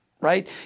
right